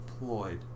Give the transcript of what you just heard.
employed